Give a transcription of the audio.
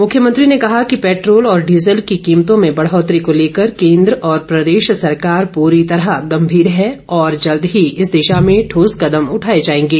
मुख्यमंत्री ने कहा कि पैट्रोल और डीजल की कीमतों में बढ़ौतरी को लेकर केंद्र और प्रदेश सरकार पूरी तरह गंभीर है तथा जल्द ही इस दिशा मे ठोस कदम उठाए जाएगे